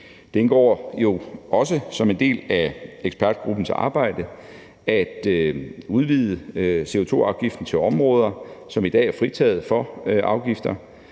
indgår jo også som en del af ekspertgruppens arbejde at udvide CO2-afgiften til områder, som i dag er fritaget for afgifter.